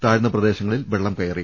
താഴ്ന്ന പ്രദേശങ്ങളിൽ വെള്ളം കയറി